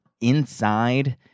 inside